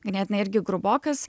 ganėtinai irgi grubokas